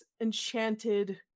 enchanted